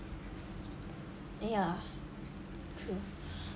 ya true